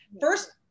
first